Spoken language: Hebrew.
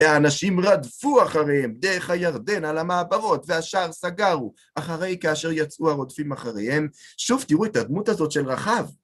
האנשים רדפו אחריהם דרך הירדן על המעברות, והשאר סגרו אחרי כאשר יצאו הרודפים אחריהם. שוב תראו את הדמות הזאת של רחב.